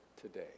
today